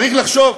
צריך לחשוב: